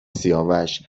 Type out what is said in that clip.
سیاوش